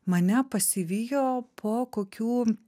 mane pasivijo po kokių